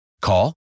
Call